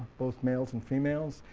both males and females,